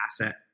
asset